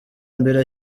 mbere